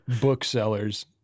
booksellers